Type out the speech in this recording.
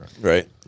right